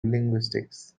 linguistics